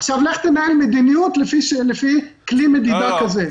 עכשיו לך תנהל מדיניות לפי כלי מדידה כזה.